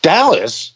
Dallas